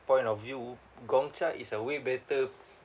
point of view Gong Cha is a way better